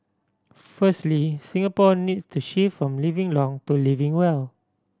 firstly Singapore needs to shift from living long to living well